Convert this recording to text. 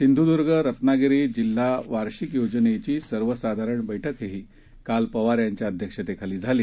सिंधुदुर्ग रत्नागिरी जिल्हा वार्षिक योजनेची सर्वसाधारण बैठकही काल पवार यांच्या अध्यक्षतेखाली झाली